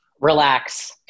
Relax